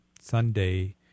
Sunday